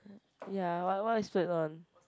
ya what what you splurge on